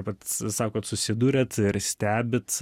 pats sakot susiduriat ir stebit